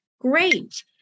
great